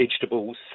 vegetables